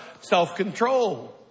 self-control